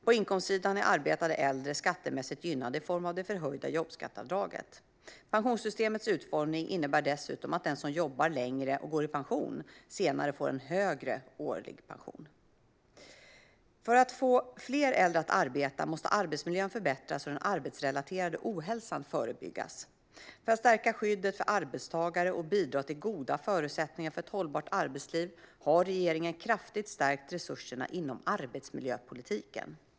På inkomstsidan är arbetande äldre skattemässigt gynnade i form av det förhöjda jobbskatteavdraget. Pensionssystemets utformning innebär dessutom att den som jobbar längre och går i pension senare får en högre årlig pension. Svar på interpellationer För att få fler äldre att arbeta måste arbetsmiljön förbättras och den arbetsrelaterade ohälsan förebyggas. För att stärka skyddet för arbetstagare och bidra till goda förutsättningar för ett hållbart arbetsliv har regeringen kraftigt stärkt resurserna inom arbetsmiljöpolitiken.